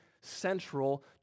central